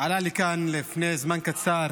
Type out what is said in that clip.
לפני זמן קצר